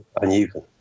uneven